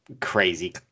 crazy